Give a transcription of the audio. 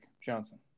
Johnson